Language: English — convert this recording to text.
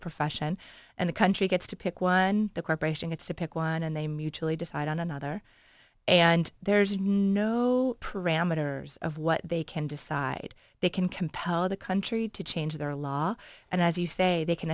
profession and the country gets to pick one the corporation gets to pick one and they mutually decide on another and there's no parameters of what they can decide they can compel the country to change their law and as you say they can